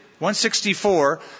164